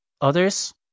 Others